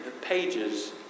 pages